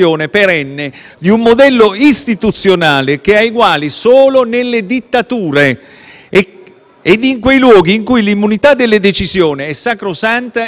e in quei luoghi in cui l'immunità delle decisioni è sacrosanta e inviolabile. Noi siamo in un altro contesto, assolutamente diverso. Vado